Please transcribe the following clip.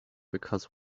because